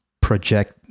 project